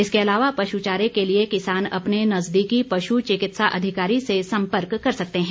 इसके अलावा पशु चारे के लिए किसान अपने नज़दीकी पशु चिकित्सा अधिकारी से संपर्क कर सकते हैं